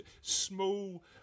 Small